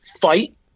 fight